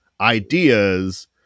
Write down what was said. ideas